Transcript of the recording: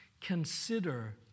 consider